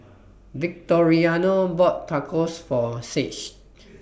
Victoriano bought Tacos For Saige